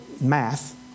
math